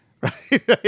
right